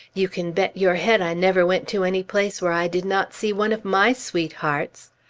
you can bet your head i never went to any place where i did not see one of my sweethearts.